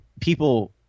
people